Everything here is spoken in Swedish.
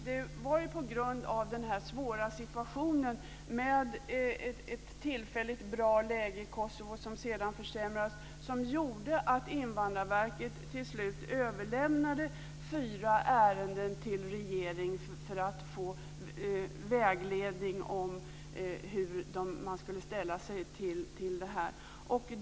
Fru talman! Det var den svåra situationen med ett tillfälligt bra läge i Kosovo som sedan försämrades som gjorde att Invandrarverket till slut överlämnade fyra ärenden till regeringen för att få vägledning om hur man skulle ställa sig.